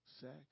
sex